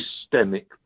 systemic